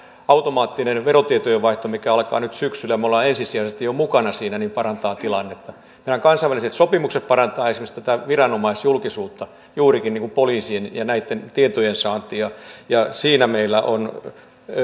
automaattinen verotietojen vaihto mikä alkaa nyt syksyllä me olemme ensisijaisesti jo mukana siinä parantaa tilannetta meidän kansainväliset sopimuksemme parantavat esimerkiksi juurikin tätä viranomaisjulkisuutta kuten poliisin ja näitten tietojensaantia ja siinä meillä on